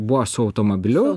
buvo su automobiliu